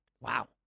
Wow